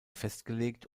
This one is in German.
festgelegt